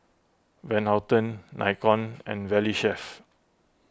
Van Houten Nikon and Valley Chef